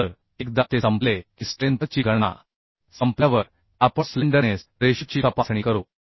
तर एकदा ते संपले की स्ट्रेंथ ची गणना संपल्यावर आपण स्लेंडरनेस रेशोची तपासणी करू